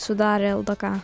sudarė ldk